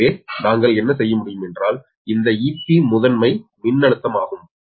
எனவே நாங்கள் என்ன செய்ய முடியும் என்றால் இந்த 𝑬𝒑 முதன்மை மின்னழுத்தமாகும்